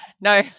No